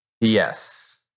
Yes